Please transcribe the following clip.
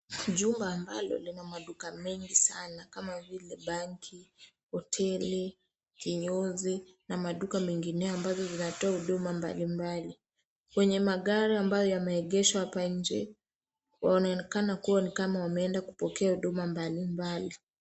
Jumba ambalo lina maduka mengi sana kama vile banki, hoteli, kinyozi, na maduka mengineo ambazo zinatoa huduma mbali mbali. Kwenye magari ambayo yameegeshwa hapa nje, wanaonekana kuwa ni kama wameenda kupokea huduma mbali mbali.